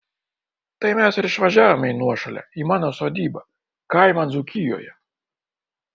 tai mes ir išvažiavome į nuošalę į mano sodybą kaimą dzūkijoje